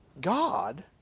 God